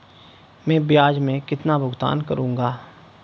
मैं ब्याज में कितना भुगतान करूंगा?